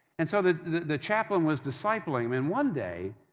and so, the the chaplain was discipling him and, one day,